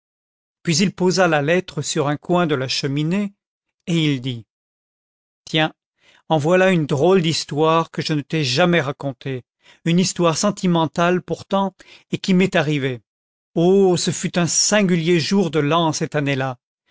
puis il posa la lettre sur un coin de la cheminée et il dit tiens en voilà une drôle d'histoire que je ne t'ai jamais racontée une histoire sentimentale pourtant et qui m'est arrivée oh ce fut un singulier jour de l'an cette année-là